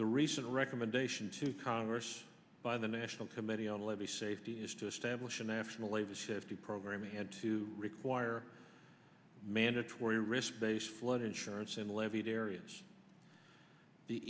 the recent recommendation to congress by the national committee on levee safety is to establish a national latest fifty program had to require mandatory risk based flood insurance in levied areas the